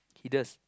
he does